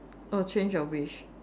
err change your wish